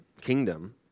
kingdom